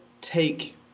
take